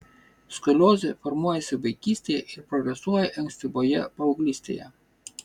skoliozė formuojasi vaikystėje ir progresuoja ankstyvoje paauglystėje